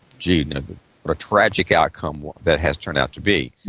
you know but but tragic outcome that has turned out to be.